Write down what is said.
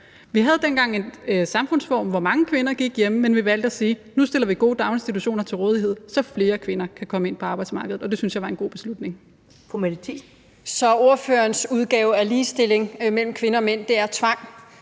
Vi havde dengang en samfundsform, hvor mange kvinder gik hjemme, men vi valgte at sige, at nu stiller vi gode daginstitutioner til rådighed, så flere kvinder kan komme ind på arbejdsmarkedet, og det synes jeg var en god beslutning. Kl. 17:06 Første næstformand (Karen